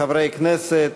חברי כנסת,